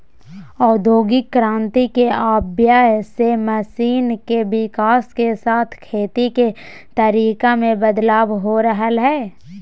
औद्योगिक क्रांति के आवय से मशीन के विकाश के साथ खेती के तरीका मे बदलाव हो रहल हई